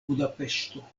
budapeŝto